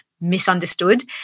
misunderstood